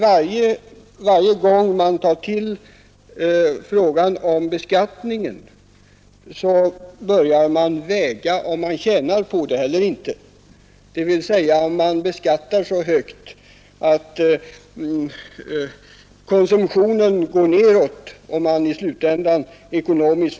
Varje gång frågan om beskattningen tas upp börjar man överväga om man tjänar på det hela eller inte, dvs. om man beskattar så högt att konsumtionen går nedåt och summeringen blir att man gör en förlust rent ekonomiskt.